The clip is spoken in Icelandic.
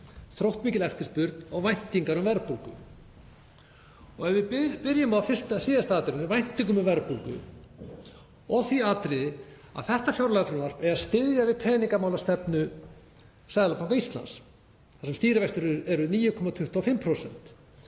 þróttmikil eftirspurn og væntingar um verðbólgu. Ef við byrjum á síðasta atriðinu, væntingum um verðbólgu, og því atriði að þetta fjárlagafrumvarp er að styðja við peningamálastefnu Seðlabanka Íslands þar sem stýrivextir eru 9,25%,